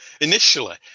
initially